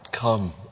Come